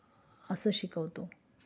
असं शिकवतो